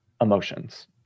emotions